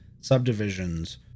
subdivisions